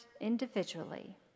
individually